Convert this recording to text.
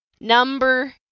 Number